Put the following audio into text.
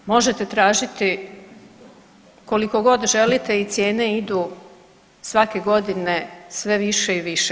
Možete tražiti koliko god želite i cijene idu svake godine sve više i više.